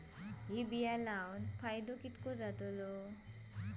हे बिये लाऊन फायदो कितको जातलो?